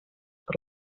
per